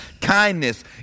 Kindness